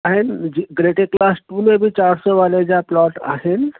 आहिनि greater Kailash two में बि चारि सौ वाले जा प्लॉट आहिनि